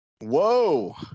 whoa